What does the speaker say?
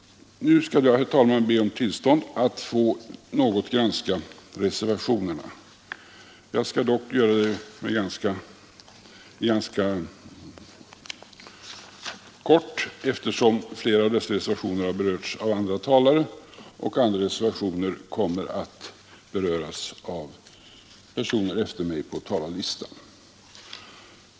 Jag skall nu, herr talman, be om tillstånd att få granska reservationerna. Jag skall dock göra det ganska kort, eftersom flera av dessa reservationer berörts av andra talare och andra reservationer kommer att beröras av personer efter mig på talarlistan.